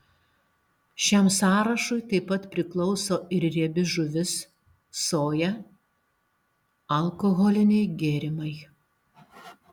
šiam sąrašui taip pat priklauso ir riebi žuvis soja alkoholiniai gėrimai